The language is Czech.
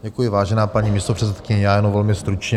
Děkuji, vážená paní místopředsedkyně, jenom velmi stručně.